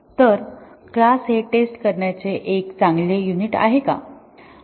तर क्लास हे टेस्ट करण्याचे चे एक चांगले युनिट का आहे